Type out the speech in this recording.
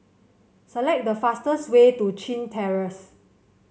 select the fastest way to Chin Terrace